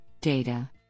data